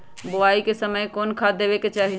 बोआई के समय कौन खाद देवे के चाही?